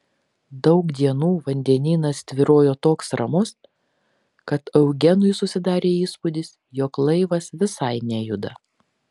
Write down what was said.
daug dienų vandenynas tvyrojo toks ramus kad eugenui susidarė įspūdis jog laivas visai nejuda